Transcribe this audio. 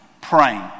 praying